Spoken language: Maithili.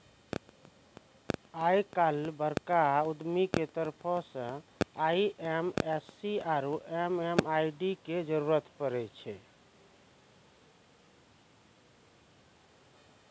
आइ काल्हि बड़का उद्यमियो के तरफो से आई.एफ.एस.सी आरु एम.एम.आई.डी के जरुरत पड़ै छै